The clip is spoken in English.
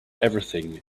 everything